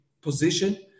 position